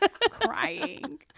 Crying